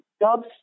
Jobs